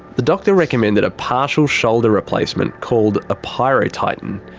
the doctor recommended a partial shoulder replacement called a pyrotitan.